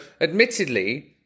admittedly